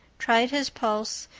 tried his pulse,